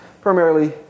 primarily